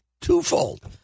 twofold